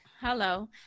hello